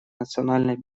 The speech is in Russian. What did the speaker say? национальной